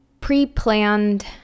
pre-planned